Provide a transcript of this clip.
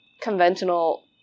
conventional